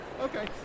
Okay